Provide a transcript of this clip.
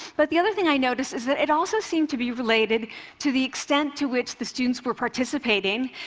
but the other thing i noticed is that it also seemed to be related to the extent to which the students were participating,